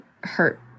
hurt